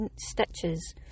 stitches